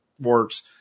works